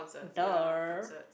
duh